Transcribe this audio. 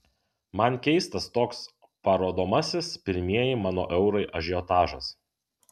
man keistas toks parodomasis pirmieji mano eurai ažiotažas